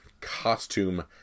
costume